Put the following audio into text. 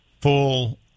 full